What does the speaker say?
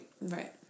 Right